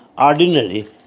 Ordinary